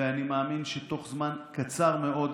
ואני מאמין שתוך זמן קצר מאוד,